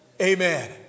Amen